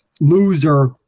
loser